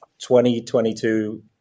2022